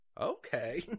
Okay